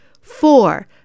Four